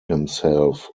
himself